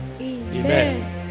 Amen